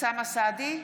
אוסאמה סעדי,